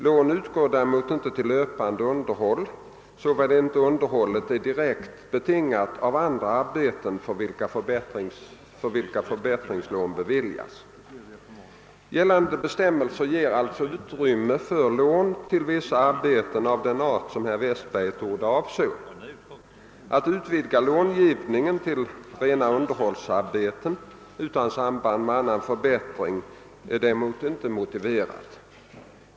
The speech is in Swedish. Lån utgår däremot inte till löpande underhåll, såvida inte underhållet är direkt betingat av andra arbeten för vilka förbättringslån beviljas. Gällande bestämmelser ger alltså utrymme för lån till vissa arbeten av den art som herr Westberg i Ljusdal torde avse. Att utvidga långivningen till rena underhållsarbeten utan samband med annan förbättring är däremot inte motiverat.